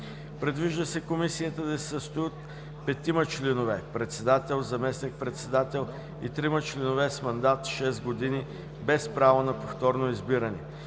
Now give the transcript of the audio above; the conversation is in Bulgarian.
Предвижда се Комисията да се състои от петима членове – председател, заместник-председател и трима членове с мандат 6 г., без право на повторно избиране.